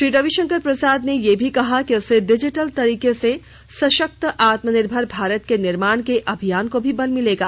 श्री रविशंकर प्रसाद ने यह भी कहा कि इससे डिजिटल तरीके से सशक्त आत्मनिर्भर भारत के निर्माण के अभियान को भी बल मिलेगा